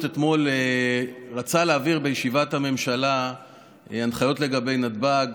אתמול רצה להעביר בישיבת הממשלה הנחיות לגבי נתב"ג